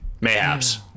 Mayhaps